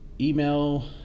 email